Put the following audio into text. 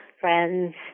friends